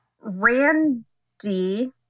Randy